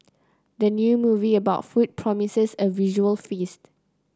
the new movie about food promises a visual feast